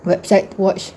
website watch